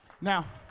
Now